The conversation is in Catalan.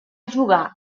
jugar